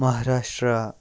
Maharashtra